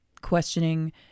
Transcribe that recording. questioning